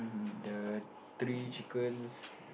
the three chickens